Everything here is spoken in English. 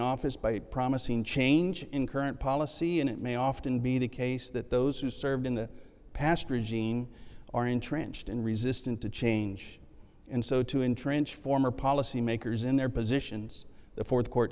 office by promising change in current policy and it may often be the case that those who served in the past regime are entrenched and resistant to change and so to entrench former policy makers in their positions before the court